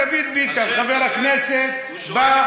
דוד ביטן חבר הכנסת בא,